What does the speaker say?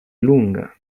lunga